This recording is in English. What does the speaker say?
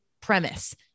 premise